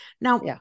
Now